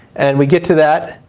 and we get to that,